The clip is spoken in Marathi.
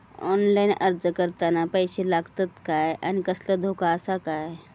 ऑनलाइन अर्ज करताना पैशे लागतत काय आनी कसलो धोको आसा काय?